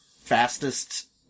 fastest